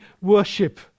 worship